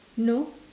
no